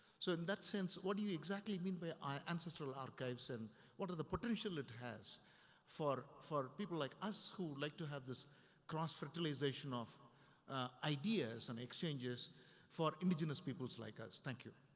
so, in that sense, what do you exactly mean by ancestral archives and what other potential it has for, for people like us who like to have this cross-fertilization of ideas and exchanges for indigenous peoples like us. thank you.